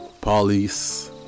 police